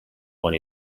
one